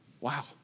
Wow